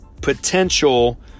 potential